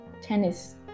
tennis